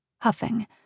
Huffing